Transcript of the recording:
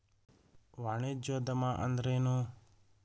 ವಾಣಿಜ್ಯೊದ್ಯಮಾ ಅಂದ್ರೇನು?